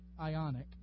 Ionic